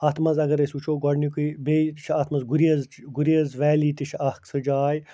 اَتھ منٛز اگر أسۍ وُچھُو گۄڈنیُکُے بیٚیہِ چھِ اتھ منٛز گُریز گُریز ویلی تہِ چھِ اَکھ سۅ جاے